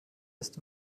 ist